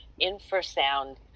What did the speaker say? infrasound